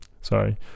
Sorry